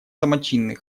самочинный